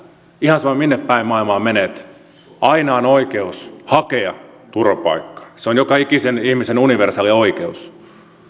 ihan sama minne päin maailmaa menet aina on oikeus hakea turvapaikkaa se on joka ikisen ihmisen universaali oikeus ja